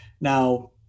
Now